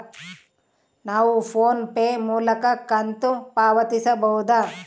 ನಾವು PhonePe ಮೂಲಕ ಕಂತು ಪಾವತಿಸಬಹುದಾ?